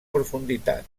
profunditat